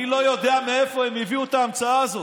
אני לא יודע מאיפה הם הביאו את ההמצאה הזאת,